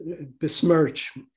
besmirch